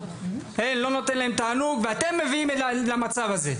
לא נותן להם תענוג, ואתם מביאים למצב הזה.